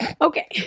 Okay